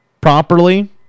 properly